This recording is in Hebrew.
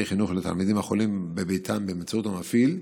חינוך לתלמידים החולים בביתם באמצעות המפעיל,